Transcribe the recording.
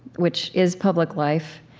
which is public life,